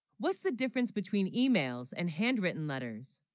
what's the difference between emails and handwritten letters